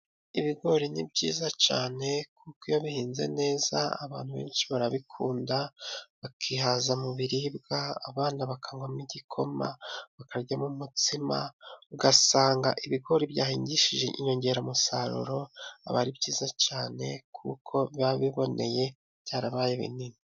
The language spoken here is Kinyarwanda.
Ibigori ni byiza cyane kuko iyo bihinze neza abantu benshi barabikunda bakihaza mu biribwa, abana bakabona igikoma, bakaryamo umutsima, ugasanga ibigori byahingishijwe inyongeramusaruro biba ari byiza cyane, kuko biba biboneye byarabaye binini.